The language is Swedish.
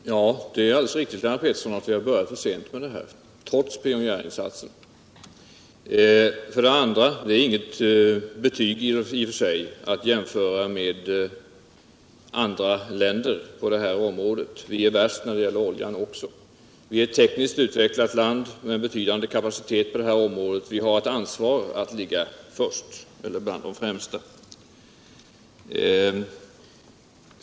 Herr talman! Det är alldeles riktigt, Lennart Petersson, att vi börjat för sent med det här — trots pionjärinsatsen. I och för sig ger på det här området en jämförelse med andra länder inte något betyg. Vi är värst när det gäller oljan också. Vi är ett tekniskt utvecklat land med betydande kapacitet på det här området. Vi har ett ansvar att ligga bland de främsta.